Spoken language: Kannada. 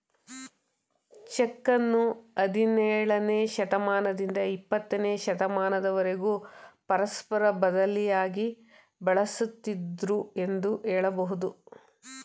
ಚೆಕ್ಕನ್ನು ಹದಿನೇಳನೇ ಶತಮಾನದಿಂದ ಇಪ್ಪತ್ತನೇ ಶತಮಾನದವರೆಗೂ ಪರಸ್ಪರ ಬದಲಿಯಾಗಿ ಬಳಸುತ್ತಿದ್ದುದೃ ಎಂದು ಹೇಳಬಹುದು